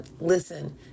Listen